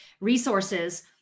resources